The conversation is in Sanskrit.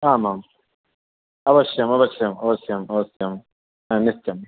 आम् आम् अवश्यम् अवश्यम् अवश्यम् अवश्यं नित्यं